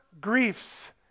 griefs